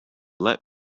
let